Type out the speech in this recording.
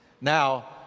Now